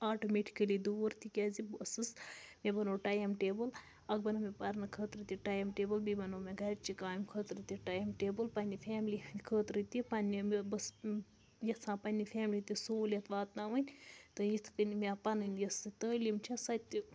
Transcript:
automatically دوٗر تِکیٛازِ بہٕ ٲسٕس مےٚ بنوو ٹایم ٹیبٕل اَکھ بَنوو مےٚ پرنہٕ خٲطرٕ تہِ ٹایم ٹیبٕل بیٚیہِ بَنوو مےٚ گَرِچہِ کامہِ خٲطرٕ تہِ ٹایم ٹیبٕل پنٛنہِ فیملی ہِںٛدِ خٲطرٕ تہِ پنٛنہِ مےٚ بہٕ ٲسٕس یَژھان پنٛنہِ فیملی تہِ سہوٗلیت واتناوٕنۍ تہٕ یِتھ کَنۍ مےٚ پَنٕنۍ یُس تٲلیٖم چھےٚ سۄ تہِ